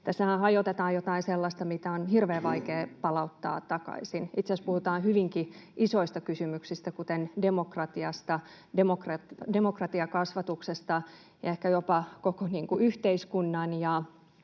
Tässähän hajotetaan jotain sellaista, mitä on hirveän vaikea palauttaa takaisin. Itse asiassa puhutaan hyvinkin isoista kysymyksistä, kuten demokratiasta, demokratiakasvatuksesta ja ehkä jopa koko yhteiskunnan